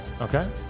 Okay